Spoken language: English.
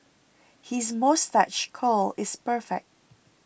his moustache curl is perfect